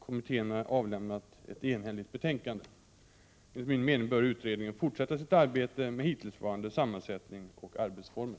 Kommittén har avlämnat ett enhälligt betänkande. Enligt min mening bör utredningen fortsätta sitt arbete med hittillsvarande sammansättning och arbetsformer.